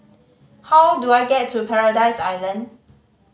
how do I get to Paradise Island